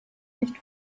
nicht